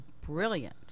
brilliant